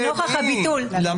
שנוכח הביטול --- מתן ארכות למי?